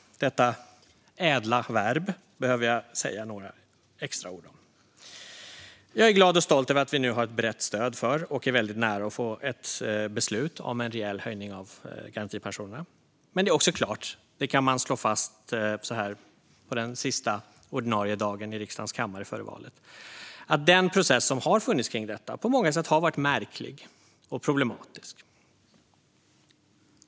Detta ädla verb behöver jag säga några extra ord om. Jag är glad och stolt över att vi nu har ett brett stöd för och är väldigt nära att få ett beslut om en rejäl höjning av garantipensionerna. Men det är också klart - det kan man slå fast så här på den sista ordinarie dagen i riksdagens kammare före valet - att den process som har funnits kring detta på många sätt har varit märklig och problematisk.